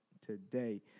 today